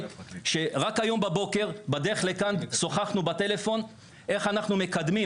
שרק היום בבוקר לכאן שוחחנו בטלפון איך אנחנו מקדמים